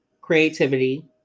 creativity